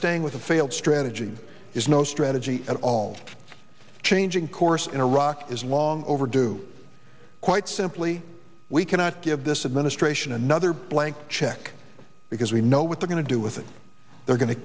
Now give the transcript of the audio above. staying with a failed strategy is no strategy at all changing course in iraq is long overdue quite simply we cannot give this administration another blank check because we know what's going to do with it they're going to